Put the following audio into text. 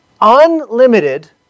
unlimited